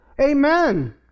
Amen